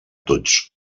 tots